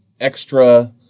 extra